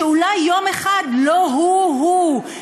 שאולי יום אחד לא הוא הוא,